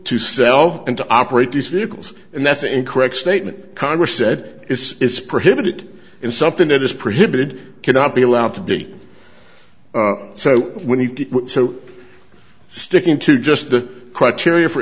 to sell and to operate these vehicles and that's incorrect statement congress said it's prohibited in something that is prohibited cannot be allowed to be so when you so sticking to just the criteria for